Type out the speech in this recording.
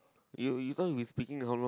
you you going we speaking how long